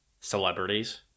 celebrities